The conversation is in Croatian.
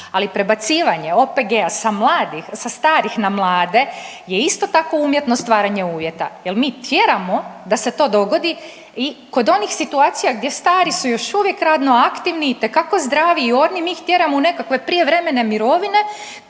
ali prebacivanje OPG-a sa mladih, sa starih na mlade je isto tako umjetno stvaranje uvjeta jel mi tjeramo da se to dogodi i kod onih situacija gdje stari su još uvijek radno aktivni i itekako zdravi i orni mi ih tjeramo u nekakve prijevremene mirovine